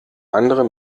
andere